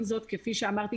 עם זאת, כפי שאמרתי